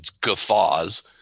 guffaws